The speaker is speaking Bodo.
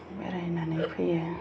बेरायनानै फैयो